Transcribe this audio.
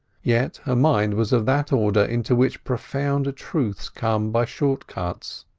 yet her mind was of that order into which profound truths come by short-cuts.